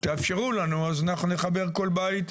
תאפשרו לנו, אז אנחנו נחבר כל בית.